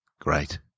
Great